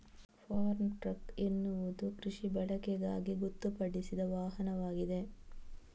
form truck ಎನ್ನುವುದು ಕೃಷಿ ಬಳಕೆಗಾಗಿ ಗೊತ್ತುಪಡಿಸಿದ ವಾಹನವಾಗಿದೆ